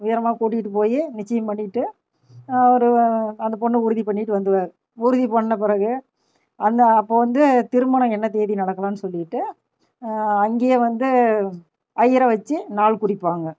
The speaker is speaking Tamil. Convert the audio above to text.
நேரமாக கூட்டிக்கிட்டு போய் நிச்சயம் பண்ணிட்டு ஒரு அந்த பொண்ணை உறுதி பண்ணிவிட்டு வந்துடுவாங்க உறுதி பண்ணின பிறகு அந்த அப்போ வந்து திருமணம் என்ன தேதி நடக்கலாம்னு சொல்லிகிட்டு அங்கேயே வந்து ஐயர் வச்சு நாள் குறிப்பாங்க